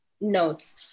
notes